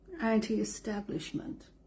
anti-establishment